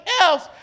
else